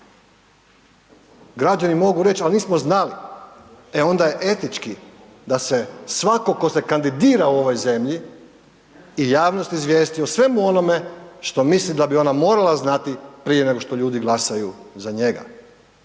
Građani mogu reći, ali nismo znali. E onda je etički da se svatko tko se kandidira u ovoj zemlji i javnost izvijesti o svemu onome što misli da bi ona morala znati prije nego što ljudi glasaju za njega.